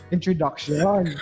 Introduction